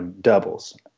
doubles